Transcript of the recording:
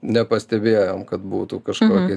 nepastebėjom kad būtų kažkokie